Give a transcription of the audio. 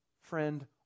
Friend